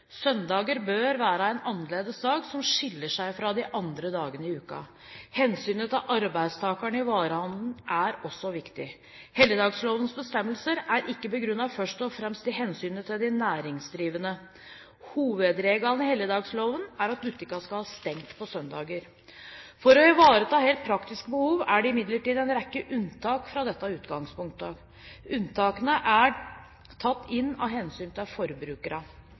bør være en annerledes dag som skiller seg fra de andre dagene i uken. Hensynet til arbeidstakerne i varehandelen er også viktig. Helligdagsfredlovens bestemmelser er ikke begrunnet først og fremst i hensynet til de næringsdrivende. Hovedregelen i helligdagsfredloven er at butikkene skal ha stengt på søndager. For å ivareta helt praktiske behov er det imidlertid en rekke unntak fra dette utgangspunktet. Unntakene er tatt inn av hensyn til